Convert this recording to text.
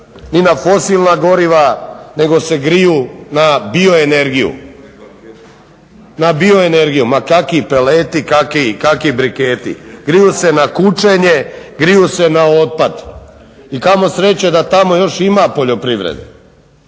ni na fosilna goriva, nego se griju na bioenergiju. Ma kaki peleti, ma kaki briketi, griju se na kučenje, griju se na otpad. I kamo sreće da tamo još ima poljoprivrede.